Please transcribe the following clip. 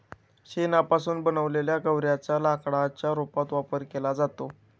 शेणापासून बनवलेल्या गौर्यांच्या लाकडाच्या रूपात वापर केला जातो